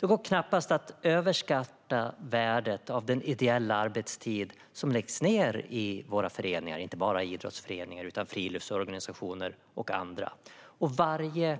Det går knappast att överskatta värdet av den ideella arbetstid som läggs ned i våra föreningar, inte bara idrottsföreningar utan även friluftsorganisationer och andra. Varje